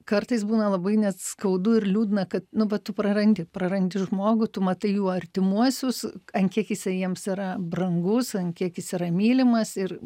kartais būna labai net skaudu ir liūdna kad nu va tu prarandi prarandi žmogų tu matai jų artimuosius ant kiek jisai jiems yra brangus ant kiek jis yra mylimas ir